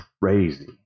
Crazy